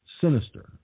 sinister